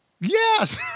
Yes